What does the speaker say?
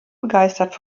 begeistert